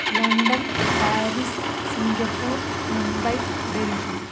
London Paris Singapore Mumbai Delhi